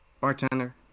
Bartender